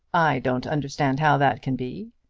i don't understand how that can be.